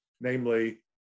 namely